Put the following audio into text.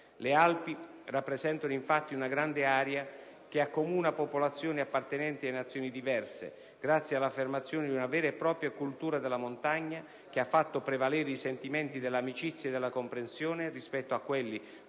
le Alpi rappresentano infatti una grande area che accomuna popolazioni appartenenti a Nazioni diverse grazie all'affermazione di una vera e propria cultura della montagna, che ha fatto prevalere i sentimenti dell'amicizia e della comprensione rispetto a quelli,